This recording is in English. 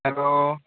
hello